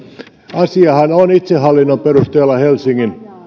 asiahan on itsehallinnon perusteella helsingin